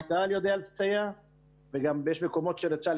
צה"ל יודע לסייע וגם יש מקומות שלצה"ל